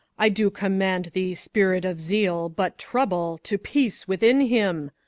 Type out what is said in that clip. i do command thee, spirit of zeal, but trouble, to peace within him!